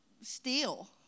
steal